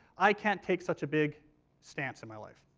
i can't take such a big stance in my life.